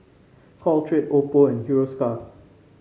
Caltrate Oppo and Hiruscar